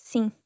Sim